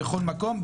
בכל מקום,